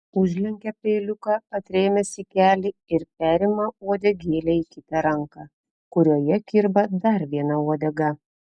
užlenkia peiliuką atrėmęs į kelį ir perima uodegėlę į kitą ranką kurioje kirba dar viena uodega